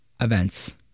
events